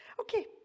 Okay